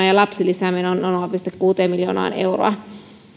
ja lapsilisämenojen nolla pilkku kuusi miljoonaa euroa